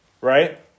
right